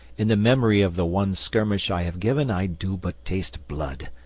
in the memory of the one skirmish i have given i do but taste blood.